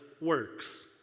works